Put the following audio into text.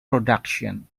production